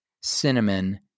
cinnamon